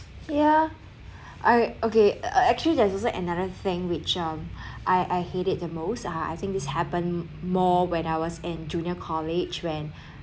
ya I okay uh actually there's also another thing which um I I hated the most ah I think this happen more when I was in junior college when